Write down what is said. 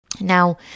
Now